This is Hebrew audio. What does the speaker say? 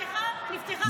נפתחה חקירה?